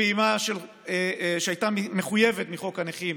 הפעימה שהייתה מחויבת מחוק הנכים,